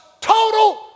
total